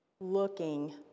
looking